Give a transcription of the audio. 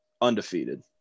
undefeated